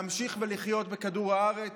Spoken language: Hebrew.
להמשיך ולחיות בכדור הארץ,